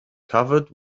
covered